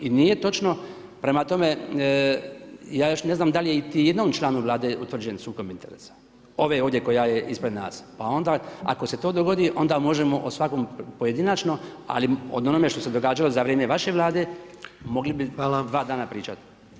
I nije točno, prema tome ja još ne znam da li je iti jednom članu Vlade utvrđen sukob interesa ove ovdje koja je ispred nas, ako se to dogodi onda možemo o svakom pojedinačno, ali o onome što se događalo za vrijeme vaše Vlade mogli bi 2 dana pričati.